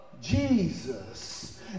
Jesus